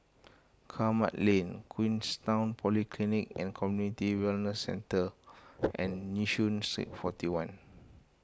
Kramat Lane Queenstown Polyclinic and Community Wellness Centre and Yishun Street forty one